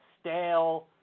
stale